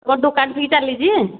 ତମ ଦୋକାନ ଠିକ୍ ଚାଲିଛି